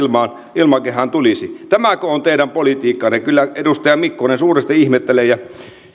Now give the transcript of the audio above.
ilmakehään tämäkö on teidän politiikkaanne kyllä edustaja mikkonen suuresti ihmettelen ja